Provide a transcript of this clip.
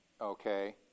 Okay